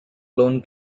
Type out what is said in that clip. alone